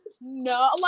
no